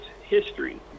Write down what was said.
history